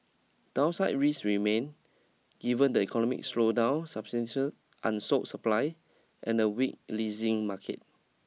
downside risks remain given the economic slowdown substantial unsold supply and a weak leasing market